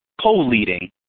co-leading